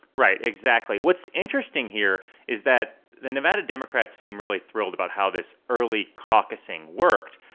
right. exactly. what's interesting here is that the nevada democrats seem really thrilled about how this early caucusing worked.